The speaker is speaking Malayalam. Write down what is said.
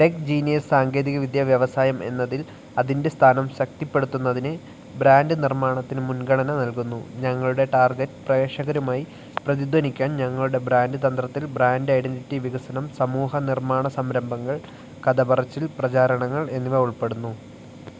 ടെക് ജീനിയസ് സാങ്കേതികവിദ്യ വ്യവസായം എന്നതിൽ അതിൻ്റെ സ്ഥാനം ശക്തിപ്പെടുത്തുന്നതിന് ബ്രാൻഡ് നിർമ്മാണത്തിന് മുൻഗണന നൽകുന്നു ഞങ്ങളുടെ ടാർഗെറ്റ് പ്രേക്ഷകരുമായി പ്രതിധ്വനിക്കാൻ ഞങ്ങളുടെ ബ്രാൻഡ് തന്ത്രത്തിൽ ബ്രാൻഡ് ഐഡൻ്റിറ്റി വികസനം സമൂഹനിർമ്മാണ സംരംഭങ്ങൾ കഥപറച്ചിൽ പ്രചാരണങ്ങൾ എന്നിവ ഉൾപ്പെടുന്നു